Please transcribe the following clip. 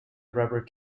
rubber